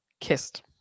kissed